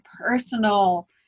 personal